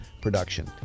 production